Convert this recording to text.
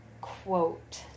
quote